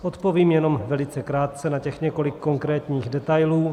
Odpovím jenom velice krátce na těch několik konkrétních detailů.